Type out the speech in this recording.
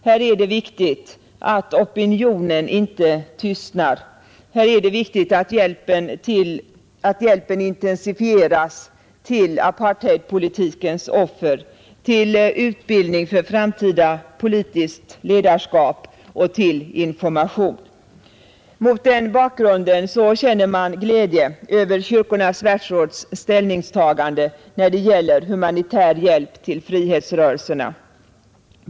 Här är det viktigt att opinionen inte tystnar, här är det viktigt att hjälpen intensifieras till apartheidpolitikens offer, till utbildning för framtida politiskt ledarskap och till information. Mot den bakgrunden känner man glädje över Kyrkornas världsråds ställningstagande när det gäller humanitär hjälp till frihetsrörelserna.